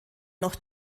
noch